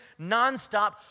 nonstop